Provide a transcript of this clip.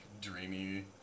dreamy